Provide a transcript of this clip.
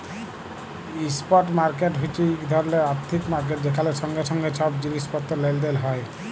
spot market হছে ইক ধরলের আথ্থিক মার্কেট যেখালে সঙ্গে সঙ্গে ছব জিলিস পত্তর লেলদেল হ্যয়